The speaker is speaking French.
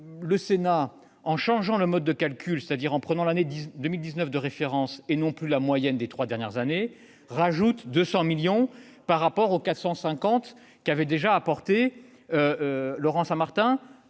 le Sénat, en changeant le mode de calcul, c'est-à-dire en prenant l'année 2019 pour référence et non plus la moyenne des trois dernières années, a ajouté 200 millions d'euros aux 450 millions d'euros introduits par Laurent Saint-Martin